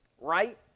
right